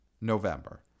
November